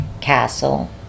Castle